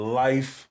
life